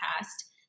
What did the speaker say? past